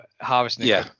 harvesting